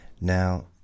Now